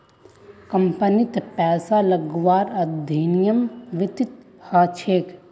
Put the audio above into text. कम्पनीत पैसा लगव्वार अध्ययन वित्तत ह छेक